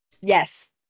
Yes